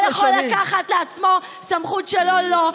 כי בית המשפט לא יכול לקחת לעצמו סמכות לא לו,